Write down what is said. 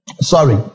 sorry